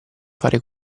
fare